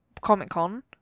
Comic-Con